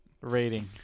rating